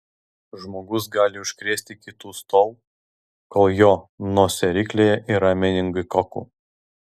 žmogus gali užkrėsti kitus tol kol jo nosiaryklėje yra meningokokų